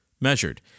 measured